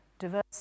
Diverse